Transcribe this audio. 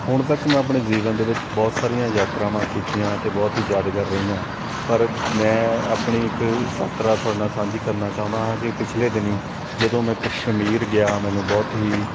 ਹੁਣ ਤੱਕ ਮੈਂ ਆਪਣੇ ਜੀਵਨ ਦੇ ਵਿੱਚ ਬਹੁਤ ਸਾਰੀਆਂ ਯਾਤਰਾਵਾਂ ਕੀਤੀਆਂ ਅਤੇ ਬਹੁਤ ਹੀ ਯਾਦਗਾਰ ਰਹੀਆਂ ਪਰ ਮੈਂ ਆਪਣੀ ਇੱਕ ਯਾਤਰਾ ਤੁਹਾਡੇ ਨਾਲ਼ ਸਾਂਝੀ ਕਰਨਾ ਚਾਹੁੰਦਾ ਹਾਂ ਕਿ ਪਿਛਲੇ ਦਿਨੀਂ ਜਦੋਂ ਮੈਂ ਕਸ਼ਮੀਰ ਗਿਆ ਮੈਨੂੰ ਬਹੁਤ ਹੀ